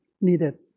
needed